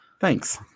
Thanks